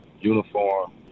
uniform